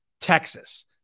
Texas